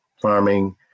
farming